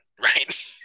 right